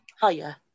Higher